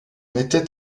était